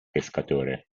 pescatore